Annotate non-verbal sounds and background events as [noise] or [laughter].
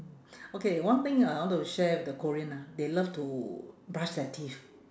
[breath] okay one thing uh I wanted to share with the korean ah they love to brush their teeth